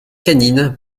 canine